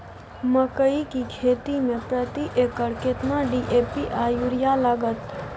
मकई की खेती में प्रति एकर केतना डी.ए.पी आर यूरिया लागत?